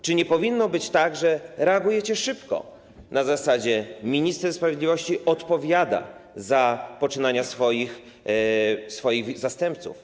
Czy nie powinno być tak, że reagujecie szybko, na zasadzie: minister sprawiedliwości odpowiada za poczynania swoich zastępców?